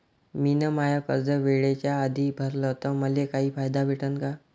मिन माय कर्ज वेळेच्या आधी भरल तर मले काही फायदा भेटन का?